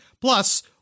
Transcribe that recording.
Plus